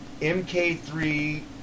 MK3